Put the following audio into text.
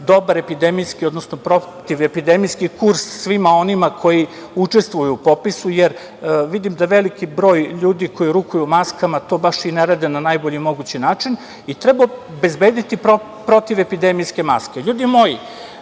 dobar epidemijski, odnosno, protivepidemijski kurs svima onima koji učestvuju u popisu, jer vidim da veliki broj ljudi koji rukuju maskama to baš i ne rade na najbolji mogući način i treba obezbediti protivepidemijske maske. Ljudi moji,